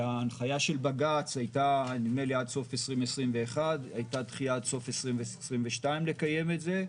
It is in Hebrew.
וההנחיה של בג"ץ הייתה עד סוף 2021. הייתה דחייה לקיים את זה עד סוף 2022,